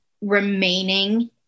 remaining